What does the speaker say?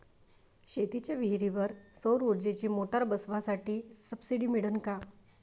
शेतीच्या विहीरीवर सौर ऊर्जेची मोटार बसवासाठी सबसीडी मिळन का?